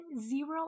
zero